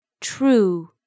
true 。